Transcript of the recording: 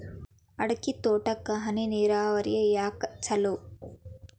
ಅಡಿಕೆ ತೋಟಕ್ಕ ಹನಿ ನೇರಾವರಿಯೇ ಯಾಕ ಛಲೋ?